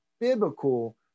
biblical